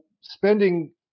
spending